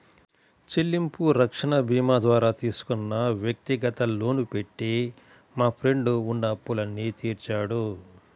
చెల్లింపు రక్షణ భీమాతో ద్వారా తీసుకున్న వ్యక్తిగత లోను పెట్టి మా ఫ్రెండు ఉన్న అప్పులన్నీ తీర్చాడు